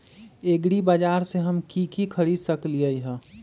एग्रीबाजार से हम की की खरीद सकलियै ह?